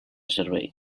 servei